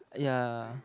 ya